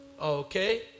Okay